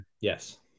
yes